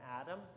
atom